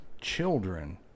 children